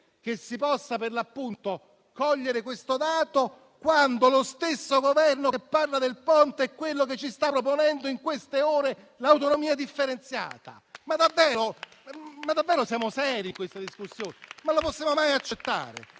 che si possa cogliere questo dato, quando lo stesso Governo che parla del Ponte è quello che ci sta proponendo in queste ore l'autonomia differenziata? Ma davvero siamo seri in questa discussione? Lo possiamo mai accettare?